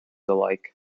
alike